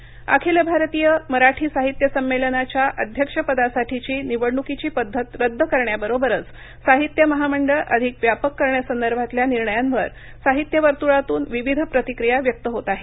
साहित्यपरिषद अखिल भारतीय मराठी साहित्य सम्मेलनाच्या अध्यक्ष पदासाठीची निवडणुकीची पद्धत रद्द करण्याबरोबरच साहित्य महामंडळ अधिक व्यापक करण्यासंदर्भातल्या निर्णयांवर साहित्यवर्तुळातून विविध प्रतिक्रीय व्यक्त होत आहेत